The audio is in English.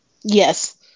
Yes